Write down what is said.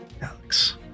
alex